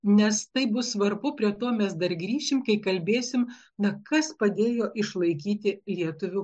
nes tai bus svarbu prie to mes dar grįšim kai kalbėsim na kas padėjo išlaikyti lietuvių